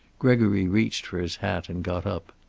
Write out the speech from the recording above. gregory reached for his hat and got up.